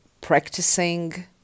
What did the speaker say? practicing